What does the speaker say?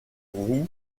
roue